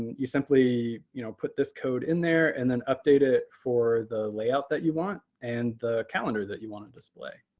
you simply you know put this code in there and then update it for the layout that you want and the calendar that you want to display.